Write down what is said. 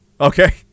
Okay